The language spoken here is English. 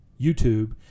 YouTube